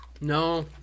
no